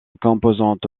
composante